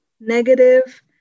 negative